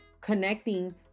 connecting